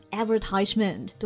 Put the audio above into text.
advertisement